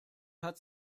hat